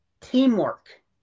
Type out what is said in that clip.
teamwork